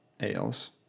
ales